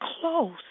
close